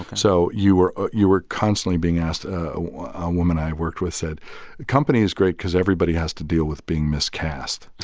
so you were ah you were constantly being asked a woman i worked with said the company is great because everybody has to deal with being miscast.